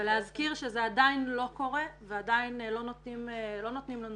ולהזכיר שזה עדיין לא קורה ועדיין לא נותנים לנו